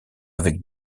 avec